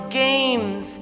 games